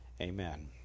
Amen